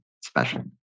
special